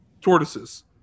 tortoises